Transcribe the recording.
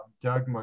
Doug